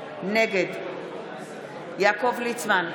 נגד יעקב ליצמן,